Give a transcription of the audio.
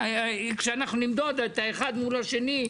כשאנחנו נמדוד את האחד מול השני,